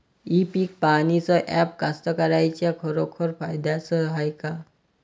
इ पीक पहानीचं ॲप कास्तकाराइच्या खरोखर फायद्याचं हाये का?